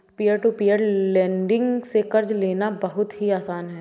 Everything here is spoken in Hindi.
पियर टू पियर लेंड़िग से कर्ज लेना बहुत ही आसान है